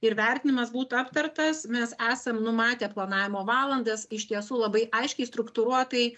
ir vertinimas būtų aptartas mes esam numatę planavimo valandas iš tiesų labai aiškiai struktūruotai